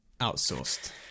Outsourced